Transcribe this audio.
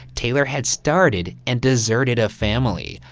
taylor had started and deserted a family.